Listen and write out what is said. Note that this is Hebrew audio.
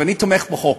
ואני תומך בחוק.